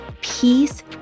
peace